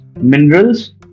minerals